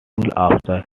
after